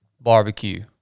Barbecue